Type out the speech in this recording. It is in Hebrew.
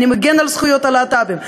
אני מגן על זכויות הלהט"בים,